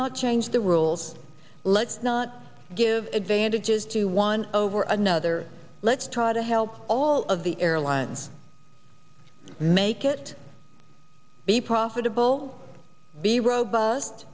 not change the rules let's not give advantages to one over another let's try to help all of the airlines make it be profitable be robust